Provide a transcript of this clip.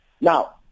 Now